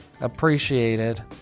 appreciated